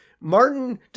Martin